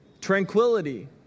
tranquility